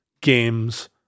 games